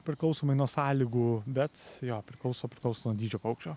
priklausomai nuo sąlygų bet jo priklauso priklauso nuo dydžio paukščio